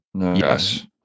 Yes